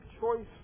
choice